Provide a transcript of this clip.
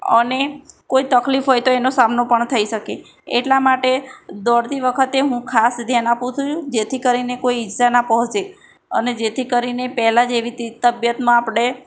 અને કોઈ તકલીફ હોય તો એનો સામનો પણ થઈ શકે એટલા માટે દોડતી વખતે હું ખાસ ધ્યાન આપું છું જેથી કરીને કોઈ ઇજા ના પહોંચે અને જેથી કરીને પહેલાં જેવી તબિયતમાં આપણે